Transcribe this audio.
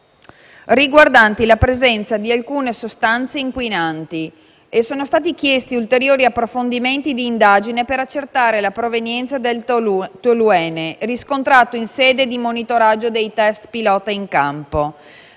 riguardanti la presenza di alcune sostanze inquinanti e sono stati chiesti ulteriori approfondimenti di indagine per accertare la provenienza del toluene riscontrato in sede di monitoraggio dei *test* pilota in campo.